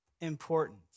important